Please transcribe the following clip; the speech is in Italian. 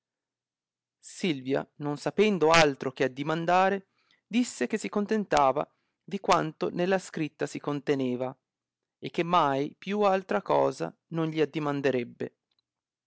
silvia non sapendo altro che addimandare disse che si contentava di quanto nella scritta si conteneva e che mai più altra cosa non gli addirnanderebbe il